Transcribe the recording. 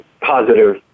positive